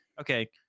okay